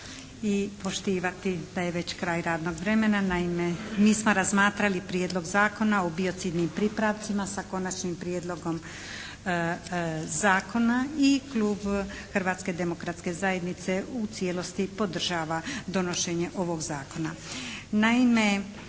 i poštivati da je već kraj radnog vremena. Naime, mi smo razmatrali Prijedlog Zakona o biocidnim pripravcima sa Konačnim prijedlogom zakona i klub Hrvatske demokratske zajednice u cijelosti podržava donošenje ovog Zakona.